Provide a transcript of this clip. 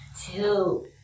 two